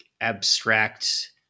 abstract